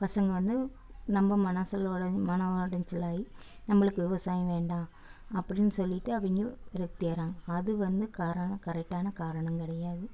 பசங்க வந்து நம்ம் மனதில் உழை மன உடஞ்சலாயி நம்மளுக்கு விவசாயம் வேண்டாம் அப்படின் சொல்லிவிட்டு அவங்க விரக்தி ஆகிறாங்க அது வந்து காரானா கரெக்டான காரணம் கிடையாது